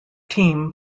team